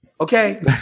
Okay